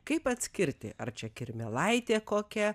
kaip atskirti ar čia kirmėlaitė kokia